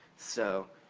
so,